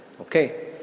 Okay